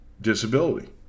disability